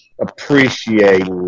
appreciate